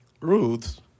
Ruth